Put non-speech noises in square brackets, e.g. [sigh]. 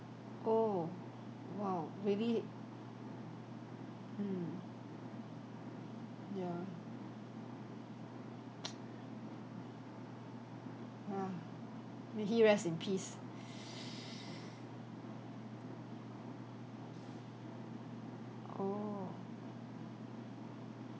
oh wow really mm ya [noise] yeah may he rest in peace [breath] oh